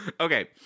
Okay